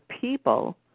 people